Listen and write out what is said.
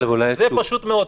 זה פשוט מאוד.